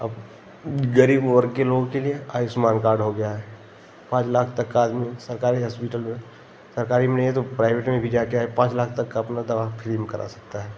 अब गरीब वर्ग के लोगों के लिए आयुष्मान कार्ड हो गया है पाँच लाख तक का आदमी सरकारी हास्पिटल में सरकारी में नही है तो प्राइवेट में भी जा कर पाँच लाख तक का अपना दवा फ्री में करा सकता है